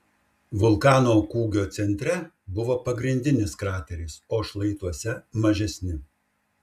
vulkano kūgio centre buvo pagrindinis krateris o šlaituose mažesni